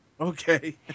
Okay